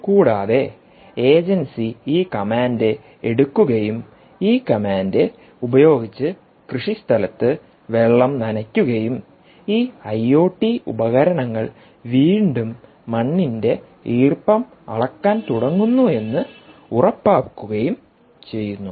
കൂടാതെ ഏജൻസി ഈ കമാൻഡ് എടുക്കുകയും ഈ കമാൻഡ് ഉപയോഗിച്ച് കൃഷിസ്ഥലത്ത് വെള്ളം നനയ്ക്കുകയും ഈ ഐ ഒ ടി ഉപകരണങ്ങൾ വീണ്ടും മണ്ണിന്റെ ഈർപ്പം അളക്കാൻ തുടങ്ങുന്നു എന്ന് ഉറപ്പാക്കുകയും ചെയ്യുന്നു